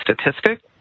statistic